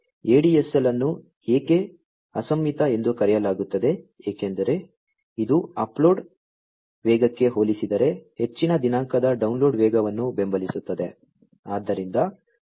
ADSL ಅನ್ನು ಏಕೆ ಅಸಮ್ಮಿತ ಎಂದು ಕರೆಯಲಾಗುತ್ತದೆ ಏಕೆಂದರೆ ಇದು ಅಪ್ಲೋಡ್ ವೇಗಕ್ಕೆ ಹೋಲಿಸಿದರೆ ಹೆಚ್ಚಿನ ದಿನಾಂಕದ ಡೌನ್ಲೋಡ್ ವೇಗವನ್ನು ಬೆಂಬಲಿಸುತ್ತದೆ